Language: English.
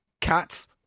cats